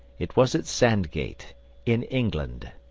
it was at sandgate in england.